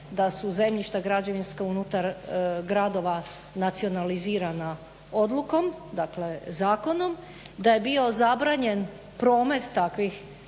da su zemljišta građevinska unutar gradova nacionalizirana odlukom, dakle zakonom, da je bio zabranjen promet takvih